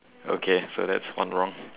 okay so that's one wrong